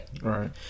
Right